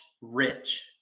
Rich